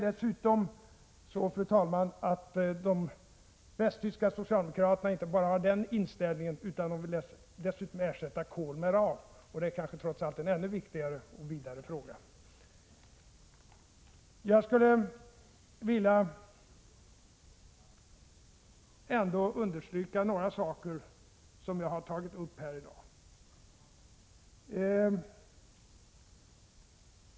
Fru talman! De västtyska socialdemokraterna har inte bara den inställningen utan de vill dessutom ersätta kol med uran, och det är kanske trots allt en ännu viktigare och vidare fråga. Jag vill understryka några saker som jag har tagit upp i dag.